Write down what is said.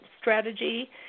strategy